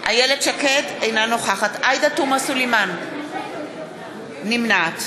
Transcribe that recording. עאידה תומא סלימאן, נמנעת